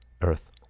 earth